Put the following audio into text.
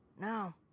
Now